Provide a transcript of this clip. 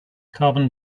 carbon